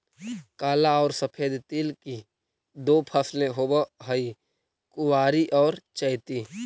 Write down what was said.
काला और सफेद तिल की दो फसलें होवअ हई कुवारी और चैती